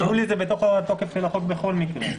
יולי זה בתוך התוקף של החוק בכל מקרה.